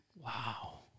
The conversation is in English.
Wow